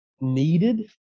needed